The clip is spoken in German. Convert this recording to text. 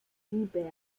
siebert